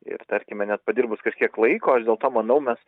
ir tarkime net padirbus kažkiek laiko aš dėl to manau mes